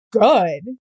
good